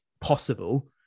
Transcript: possible